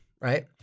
right